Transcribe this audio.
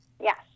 Yes